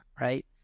right